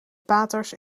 paters